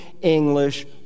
English